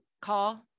call